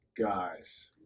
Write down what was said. guys